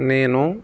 నేను